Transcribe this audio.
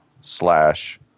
slash